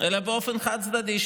אלא באופן חד-צדדי,